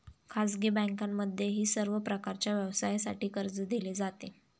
खाजगी बँकांमध्येही सर्व प्रकारच्या व्यवसायासाठी कर्ज दिले जाते